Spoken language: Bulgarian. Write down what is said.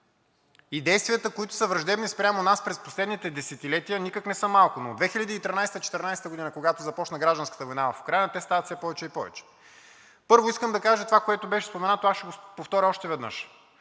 И действията, които са враждебни спрямо нас, през последните десетилетия никак не са малко. Но от 2013 – 2014 г., когато започна гражданската война в Украйна, те стават все повече и повече. Първо искам да кажа това, което беше споменато – ще го повторя още веднъж.